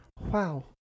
wow